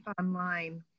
online